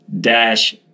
dash